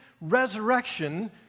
resurrection